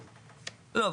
לא,